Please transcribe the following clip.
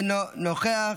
אינו נוכח.